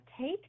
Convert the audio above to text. take